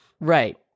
Right